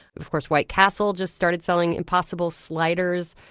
of course, white castle just started selling impossible sliders,